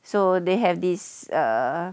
so they have this err